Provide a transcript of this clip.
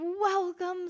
welcome